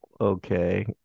Okay